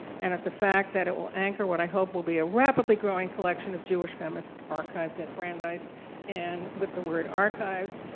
and of the fact that it will anchor what i hope will be a rapidly growing collection of jewish feminist archives at brandeis and with the word archives,